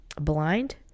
blind